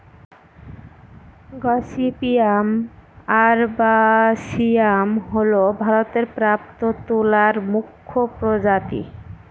gossypium arboreum হল ভারতে প্রাপ্ত তুলার মুখ্য প্রজাতি